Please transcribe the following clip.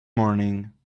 morning